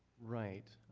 right.